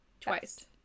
Twice